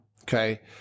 okay